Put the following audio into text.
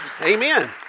amen